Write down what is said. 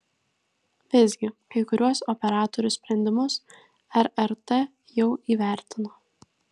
visgi kai kuriuos operatorių sprendimus rrt jau įvertino